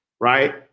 right